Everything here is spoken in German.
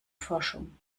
forschung